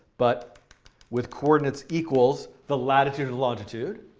but with coordinates equals the latitude and longitude.